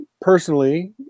personally